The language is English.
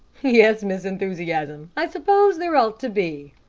yes, miss enthusiasm, i suppose there ought to be,